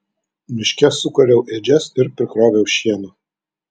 miške sukaliau ėdžias ir prikroviau šieno